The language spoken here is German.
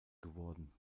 geworden